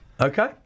Okay